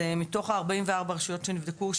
מתוך 44 הרשויות שנבדקו,